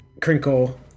Crinkle